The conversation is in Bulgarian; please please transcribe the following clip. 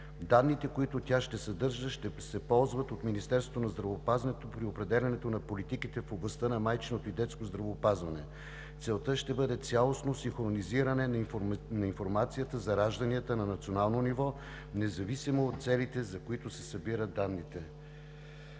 Данните, които тя ще съдържа, ще се ползват от Министерството на здравеопазването при определянето на политиките в областта на майчиното и детското здравеопазване. Целта ще бъде цялостното синхронизиране на информацията за ражданията на национално ниво, независимо от целите, за които се събират данните.